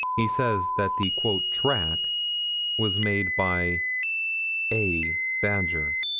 he says that the track was made by a badger.